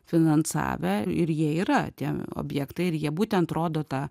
finansavę ir jie yra tie objektai ir jie būtent rodo tą